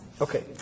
Okay